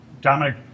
Dominic